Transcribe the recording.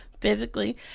physically